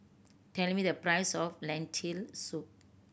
tell me the price of Lentil Soup